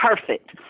Perfect